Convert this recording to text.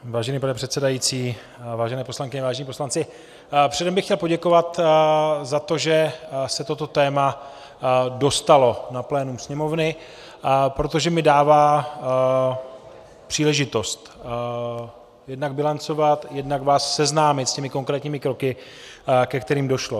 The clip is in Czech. Vážený pane předsedající, vážené poslankyně, vážení poslanci, předem bych chtěl poděkovat za to, že se toto téma dostalo na plénum Sněmovny, protože mi dává příležitost jednak bilancovat, jednak vás seznámit s těmi konkrétními kroky, ke kterým došlo.